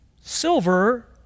silver